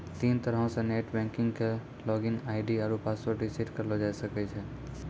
तीन तरहो से नेट बैंकिग के लागिन आई.डी आरु पासवर्ड रिसेट करलो जाय सकै छै